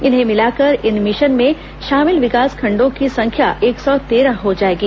इन्हें मिलाकर इन मिशन में शामिल विकासखंडों की संख्या एक सौ तेरह हो जाएगी